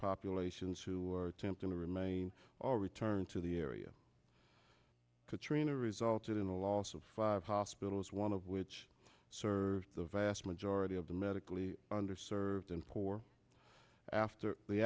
populations who are attempting to remain all return to the area katrina resulted in the loss of five hospitals one of which serves the vast majority of the medically underserved and poor after the